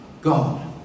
God